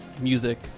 music